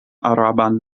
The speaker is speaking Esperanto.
araban